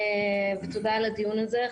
תודה על הדיון הזה.